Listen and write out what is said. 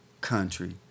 country